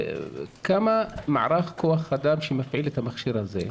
כמה מערך כוח אדם שמפעיל את המכשיר הזה,